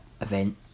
event